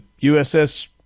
USS